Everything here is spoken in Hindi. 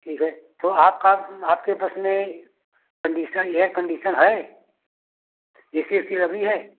ठीक है थोड़ा आपका आपके बस में कंडीशन एयर कंडीशन है एसी वेसी लगी है